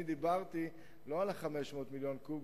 אני לא דיברתי על 500 מיליון קוב,